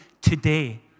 today